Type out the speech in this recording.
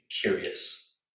curious